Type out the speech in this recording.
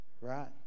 right